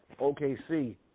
OKC